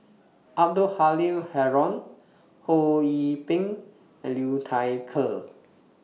Abdul Halim Haron Ho Yee Ping and Liu Thai Ker